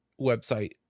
website